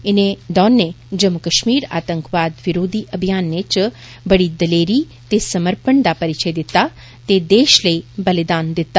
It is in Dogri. इनें दौनें जम्मू कष्मीर आंतकवाद विरोधी अभियानं च बड़ी दलेरी ते समर्पण दा परिचय दिता ते देष लेई बलिदान दिता